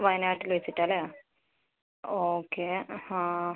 വയനാട്ടിൽ വെച്ചിട്ടാണ് അല്ലേ ഓക്കെ ആ ഹാ